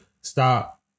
stop